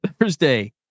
Thursday